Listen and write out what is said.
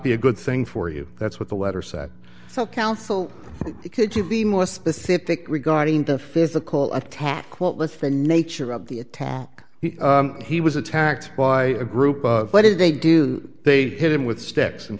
be a good thing for you that's what the letter said so council could you be more specific regarding the physical attack quote what's the nature of the attack he was attacked by a group what did they do they hit him with steps and